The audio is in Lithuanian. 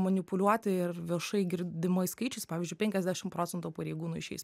manipuliuoti ir viešai girdimais skaičiais pavyzdžiui penkiasdešim procentų pareigūnų išeis